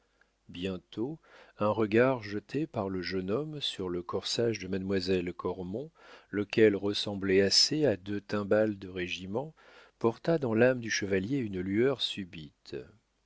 bientôt un regard jeté par le jeune homme sur le corsage de mademoiselle cormon lequel ressemblait assez à deux timbales de régiment porta dans l'âme du chevalier une lueur subite